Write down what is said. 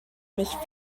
nicht